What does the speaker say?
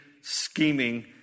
scheming